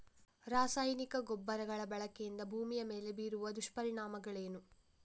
ರಾಸಾಯನಿಕ ಗೊಬ್ಬರಗಳ ಬಳಕೆಯಿಂದಾಗಿ ಭೂಮಿಯ ಮೇಲೆ ಬೀರುವ ದುಷ್ಪರಿಣಾಮಗಳೇನು?